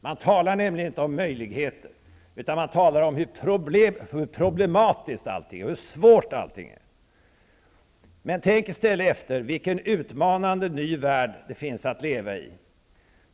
Man talar nämligen inte om möjligheter, utan man talar om hur problematiskt allting är och hur svårt allting är. Tänk i stället efter vilken utmanande ny värld det finns att leva i.